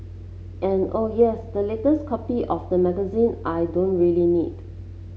and oh yes the latest copy of the magazine I don't really need